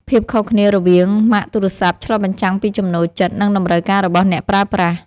ភាពខុសគ្នារវាងម៉ាកទូរស័ព្ទ ឆ្លុះបញ្ចាំងពីចំណូលចិត្ត និងតម្រូវការរបស់អ្នកប្រើប្រាស់។